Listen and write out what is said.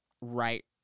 right